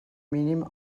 mínim